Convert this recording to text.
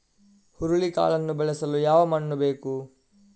ಹುರುಳಿಕಾಳನ್ನು ಬೆಳೆಸಲು ಯಾವ ಮಣ್ಣು ಬೇಕು?